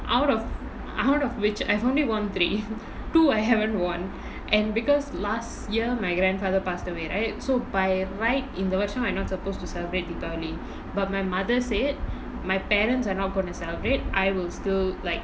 out of out of which I've only worn three two I haven't won and because last year my grandfather passed away right so by right இந்த வருஷோ:intha varusho I not supposed to celebrate deepavali but my mother said my parents are not gonna celebrate I will still like